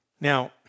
Now